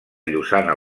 llosana